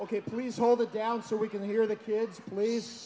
ok please hold it down so we can hear the kids please